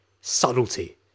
subtlety